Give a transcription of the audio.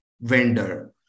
vendor